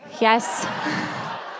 yes